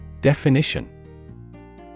Definition